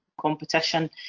competition